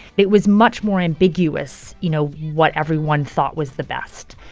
it was much more ambiguous, you know, what everyone thought was the best.